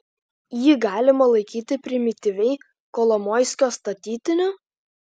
jį galima laikyti primityviai kolomoiskio statytiniu